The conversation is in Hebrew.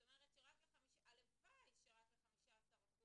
הלוואי שרק ל-15%